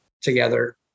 together